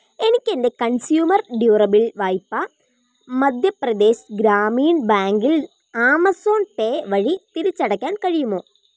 എനിക്ക് എൻ്റെ consumer durable വായ്പ മധ്യപ്രദേശ് ഗ്രാമീൺ ബാങ്കിൽ ആമസോൺ പേ വഴി തിരിച്ചടയ്ക്കാൻ കഴിയുമോ